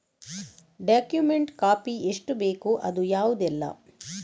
Document copy ಎಷ್ಟು ಬೇಕು ಅದು ಯಾವುದೆಲ್ಲ?